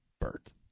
Bert